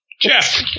Jeff